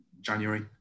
January